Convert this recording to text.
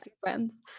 friends